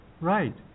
right